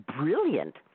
brilliant